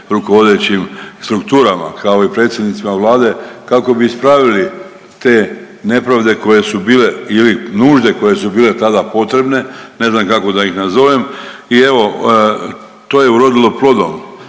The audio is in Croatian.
rukovodećim strukturama, kao i predsjednicima Vlade kako bi ispravili te nepravde koje su bile ili nužde koje su bile tada potrebne, ne znam kako da ih nazovem i evo to je urodilo plodom.